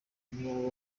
niba